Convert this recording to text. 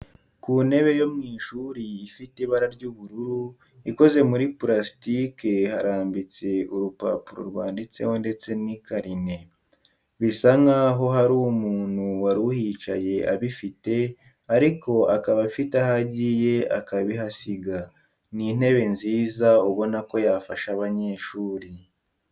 Ku ntebe yo mu ishuri ifite ibara ry'ubururu, ikoze muri purasitike harambitse urupapuro rwanditseho ndetse n'ikarine. Bisa nkaho hari umuntu wari uhicaye abifite ariko akaba afite aho agiye akabihasiga. Ni intebe nziza ubona ko yafasha abanyeshuri.